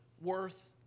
worth